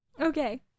Okay